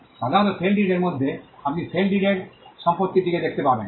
সাধারণত sale deed এর মধ্যে আপনি সেল ডিড এর সমাপ্তির দিকে দেখতে পাবেন